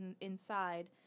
inside